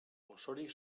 osorik